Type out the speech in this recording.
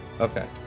Okay